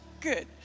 Good